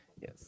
Yes